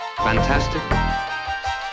Fantastic